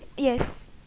yes